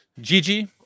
Gigi